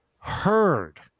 heard